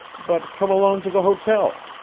but come along to the hotel.